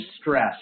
stress